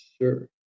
Sure